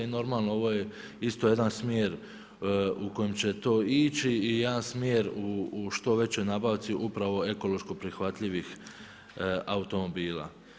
I normalno ovo je isto jedan smjer u kojem će to ići i jedan smjer u što većoj nabavci upravo ekološko prihvatljivih automobila.